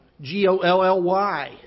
G-O-L-L-Y